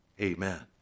amen